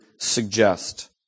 suggest